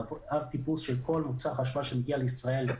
אב טיפוס של כל מוצר חשמל שמגיע לישראל,